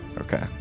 Okay